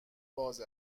باز